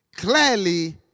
clearly